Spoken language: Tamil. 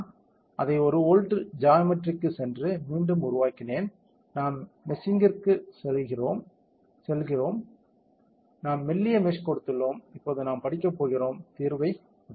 நான் அதை ஒரு வோல்ட் ஜியோமெட்ரிக்குச் சென்று மீண்டும் உருவாக்கினேன் நாம் மெஷிங்கிற்குச் சென்றோம் நாம் மெல்லிய மெஷ் கொடுத்துள்ளோம் இப்போது நாம் படிக்கப் போகிறோம் தீர்வைப் புதுப்பிக்கலாம்